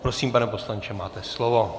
Prosím, pane poslanče, máte slovo.